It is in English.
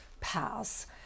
pass